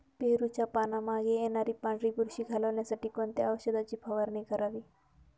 पेरूच्या पानांमागे येणारी पांढरी बुरशी घालवण्यासाठी कोणत्या औषधाची फवारणी करावी?